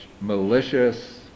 malicious